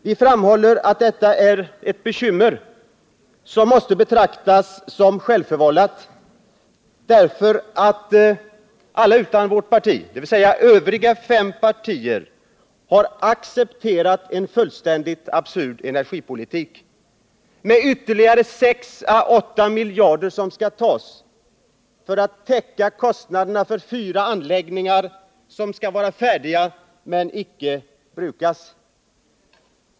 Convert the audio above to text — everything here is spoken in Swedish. Vi framhåller att detta bekymmer är självförvållat därför att alla partier utom vårt parti har accepterat en fullständigt absurd energipolitik. Det är ytterligare 6 å 8 miljarder som skall tas för att täcka kostnaderna för fyra anläggningar som skall vara färdiga men icke brukas.